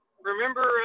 Remember